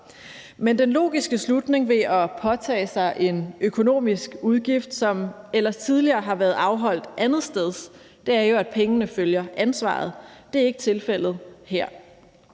men den logiske slutning ved at påtage sig en udgift, som ellers tidligere har været afholdt andetsteds, er jo, at pengene følger ansvaret. Det er ikke tilfældet her.